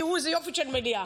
תראו איזה יופי של מליאה.